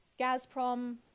Gazprom